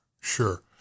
sure